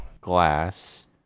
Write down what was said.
glass